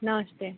नमस्ते